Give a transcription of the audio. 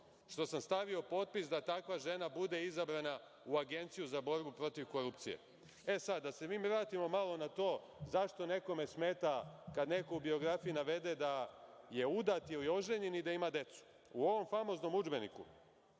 što sam stavio potpis da takva žena bude izabrana u Agenciju za borbu protiv korupcije. Da se malo vratimo na to zašto nekome smeta kada neko u biografiji navede da je udat ili oženjen i da ima decu. U ovom famoznom udžbeniku